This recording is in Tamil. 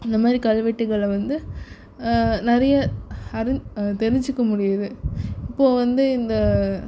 அந்த மாதிரி கல்வெட்டுகளை வந்து நிறைய அறி தெரிஞ்சிக்க முடியுது இப்போது வந்து இந்த